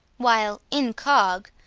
while incog,